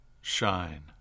shine